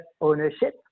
ownership